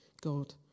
God